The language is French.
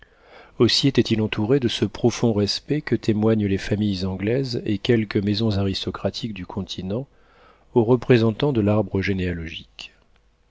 aussi était-il entouré de ce profond respect que témoignent les familles anglaises et quelques maisons aristocratiques du continent au représentant de l'arbre généalogique